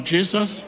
Jesus